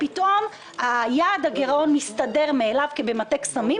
פתאום יעד הגרעון הסתדר מאליו כבמטה קסמים.